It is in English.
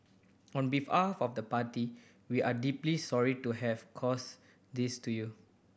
on behalf of the party we are deeply sorry to have caused this to you